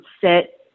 Set